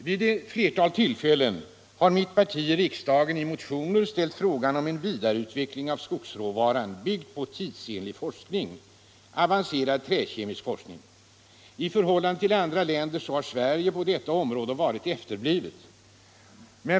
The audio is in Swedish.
Vid ett flertal tillfällen har mitt parti i riksdagen i motioner ställt frågan om en vidareutveckling av skogsråvaran, byggd på tidsenlig forskning — avancerad träkemisk forskning. I förhållande till andra länder har Sverige på detta område varit efterblivet.